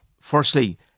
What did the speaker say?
Firstly